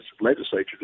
legislature